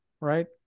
right